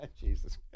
Jesus